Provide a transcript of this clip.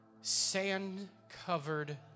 sand-covered